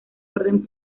orden